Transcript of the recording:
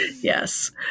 Yes